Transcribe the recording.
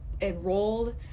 enrolled